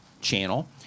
channel